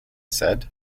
said